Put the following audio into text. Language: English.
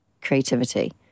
creativity